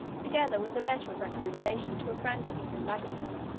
together with a letter of recommendation to a friend of his in lagado,